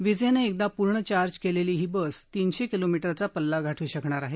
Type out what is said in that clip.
विजेनं एकदा पूर्ण चार्ज केलेली ही बस तीनशे किलोमीटरचा पल्ला गाठू शकणार आहे